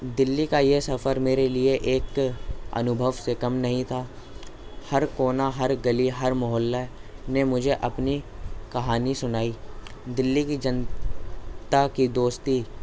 دلّی کا یہ سفر میرے لیے ایک انوبھو سے کم نہیں تھا ہر کونا ہر گلی ہر محلہ نے مجھے اپنی کہانی سنائی دلّی کی جنتا کی دوستی